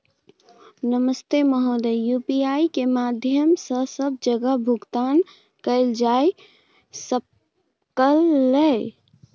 नमस्ते महोदय, यु.पी.आई के माध्यम सं सब जगह भुगतान कैल जाए सकल ये?